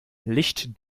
licht